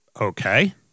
Okay